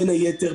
בין היתר,